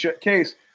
case